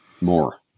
more